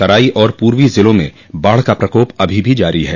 तराई और पूर्वी ज़िलों में बाढ़ का प्रकोप अभी भी जारी है